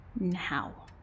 now